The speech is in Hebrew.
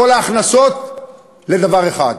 כל ההכנסות לדבר אחד.